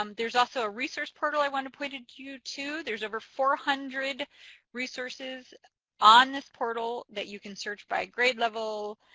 um there's also a research portal i want to point you to. there's over four hundred resources on this portal that you can search by grade level,